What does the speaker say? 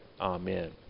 Amen